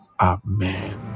Amen